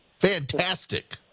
Fantastic